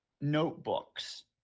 notebooks